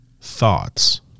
Thoughts